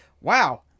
wow